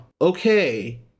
okay